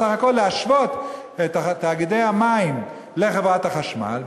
בסך הכול להשוות את תאגידי המים לחברת החשמל,